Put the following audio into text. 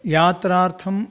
यात्रार्थं